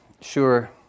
sure